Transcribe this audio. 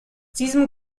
diesem